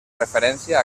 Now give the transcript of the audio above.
preferència